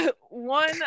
one